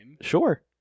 Sure